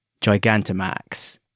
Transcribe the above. Gigantamax